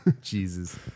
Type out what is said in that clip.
Jesus